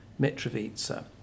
Mitrovica